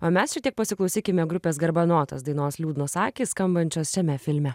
o mes šitiek pasiklausykime grupės garbanotas dainos liūdnos akys skambančios šiame filme